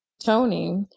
Tony